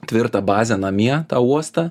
tvirtą bazę namie tą uostą